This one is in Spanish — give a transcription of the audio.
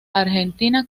argentina